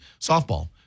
softball